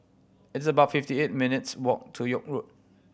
it's about fifty eight minutes' walk to York Road